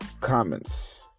comments